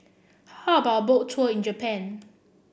how about a Boat Tour in Japan